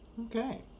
okay